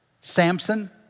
Samson